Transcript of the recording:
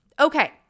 Okay